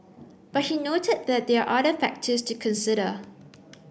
but he noted that there are other factors to consider